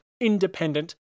independent